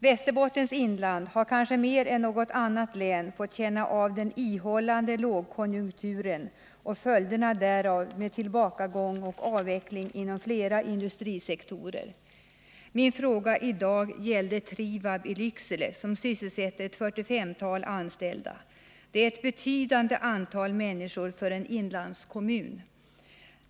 Västerbottens inland har kanske mer än något annat område fått känna av den ihållande lågkonjunkturen och följderna därav med tillbakagång och avveckling inom flera industrisektorer. Min fråga i dag gällde Trivab i Lycksele, som sysselsätter ett 45-tal anställda. Detta är ett betydande antal människor för en inlandskommun.